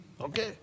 Okay